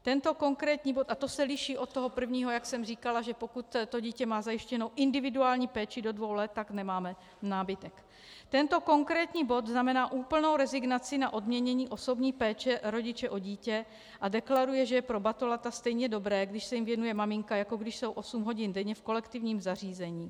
Tento konkrétní bod a to se liší od toho prvního, jak jsem říkala, že pokud má dítě zajištěnu individuální péči do dvou let, tak nemáme námitek tento konkrétní bod znamená úplnou rezignaci na odměnění osobní péče rodiče o dítě a deklaruje, že je pro batolata stejně dobré, když se jim věnuje maminka, jako když jsou osm hodin denně v kolektivním zařízení.